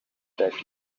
that